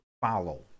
follow